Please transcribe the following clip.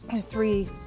three